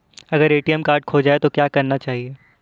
अगर ATM card खो जाए तो क्या करना चाहिए?